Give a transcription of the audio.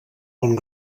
bon